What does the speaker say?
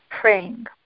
praying